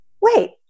wait